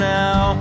now